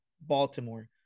Baltimore